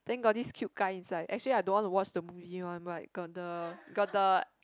then got this cute guy inside actually I don't want to watch the movie one but got the got the